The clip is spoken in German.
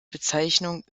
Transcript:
bezeichnung